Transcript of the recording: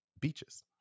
beaches